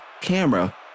camera